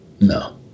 No